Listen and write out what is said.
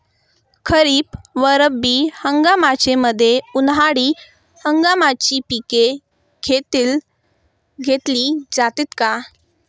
खरीप व रब्बी हंगामाच्या मध्ये उन्हाळी हंगामाची पिके घेतली जातात का?